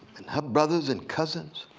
and her brothers and cousins?